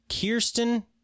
Kirsten